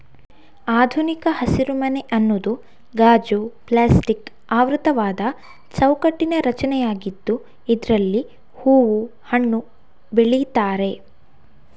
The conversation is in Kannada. ಆಧುನಿಕ ಹಸಿರುಮನೆ ಅನ್ನುದು ಗಾಜು, ಪ್ಲಾಸ್ಟಿಕ್ ಆವೃತವಾದ ಚೌಕಟ್ಟಿನ ರಚನೆಯಾಗಿದ್ದು ಇದ್ರಲ್ಲಿ ಹೂವು, ಹಣ್ಣು ಬೆಳೀತಾರೆ